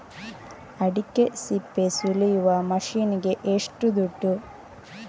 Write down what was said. ಅಡಿಕೆ ಸಿಪ್ಪೆ ಸುಲಿಯುವ ಮಷೀನ್ ಗೆ ಏಷ್ಟು ದುಡ್ಡು?